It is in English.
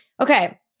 Okay